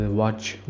watch